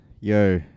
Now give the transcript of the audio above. yo